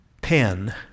pen